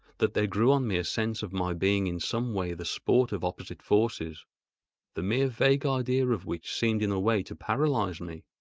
that there grew on me a sense of my being in some way the sport of opposite forces the mere vague idea of which seemed in a way to paralyse me.